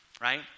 right